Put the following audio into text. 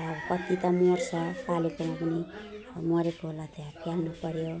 भर कति त मर्छ पालेकोमा पनि मरेकोलाई फ्याँक्न नि पऱ्यो